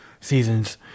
seasons